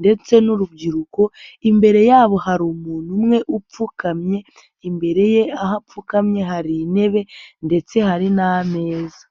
ndetse n'urubyiruko imbere yabo hari umuntu umwe upfukamye, imbere ye aho apfukamye hari intebe ndetse hari n'ameza.